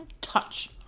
Touch